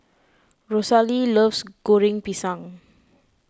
Rosalee loves Goreng Pisang